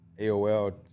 AOL